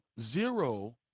zero